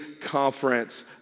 conference